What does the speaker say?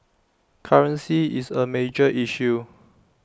currency is A major issue